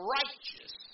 righteous